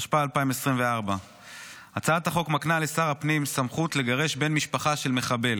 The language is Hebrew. התשפ"ד 2024. הצעת החוק מקנה לשר הפנים סמכות לגרש בן משפחה של מחבל.